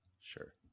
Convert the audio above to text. Sure